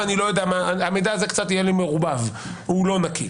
אז המידע הזה יהיה לי קצת מעורבב ולא נקי.